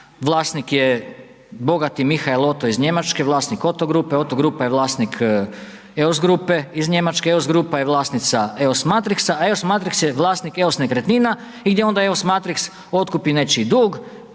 vlasnik je bogati Michael Otto iz Njemačke, vlasnik Otto grupe, Otto grupa je vlasnik EOS grupe iz Njemačke, EOS grupa je vlasnica EOS Matrixa, a EOS Matrix je vlasnik EOS Nekretnina i gdje onda EOS Matrix otkupi nečiji dug